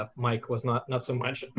ah mike, was not not so much